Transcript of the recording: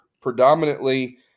predominantly